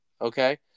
okay